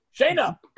Shayna